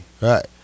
Right